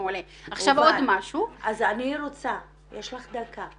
לא, צריך לדייק בפרטים.